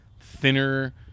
thinner